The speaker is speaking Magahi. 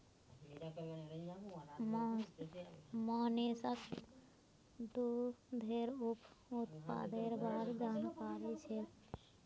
मोहनीशक दूधेर उप उत्पादेर बार जानकारी छेक